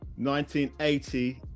1980